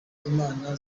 imana